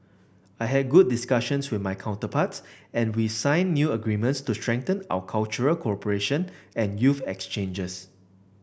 I had good discussions with my counterparts and we signed new agreements to strengthen our cultural cooperation and youth exchanges